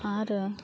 आरो